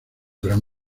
gran